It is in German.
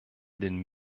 den